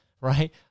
right